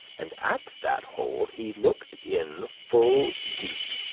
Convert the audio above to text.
and at that hole he looked in full deep,